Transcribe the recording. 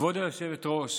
כבוד היושבת-ראש,